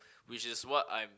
which is what I'm